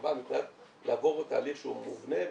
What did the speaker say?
בחווה מבחינת לעבור תהליך שהוא מובנה,